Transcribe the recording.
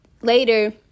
later